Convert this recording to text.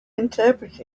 interpret